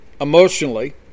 emotionally